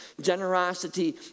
Generosity